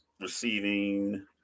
Receiving